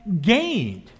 gained